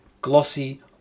glossy